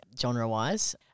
genre-wise